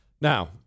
Now